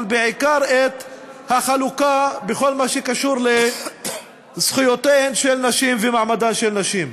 אבל בעיקר את החלוקה בכל מה שקשור לזכויותיהן של נשים ומעמדן של נשים.